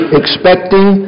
expecting